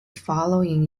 following